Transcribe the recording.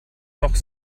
noch